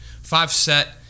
Five-set